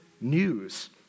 news